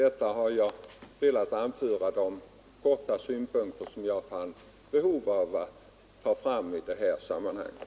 Detta var helt kort de synpunkter jag fann behov av att anföra i sammanhanget.